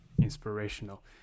inspirational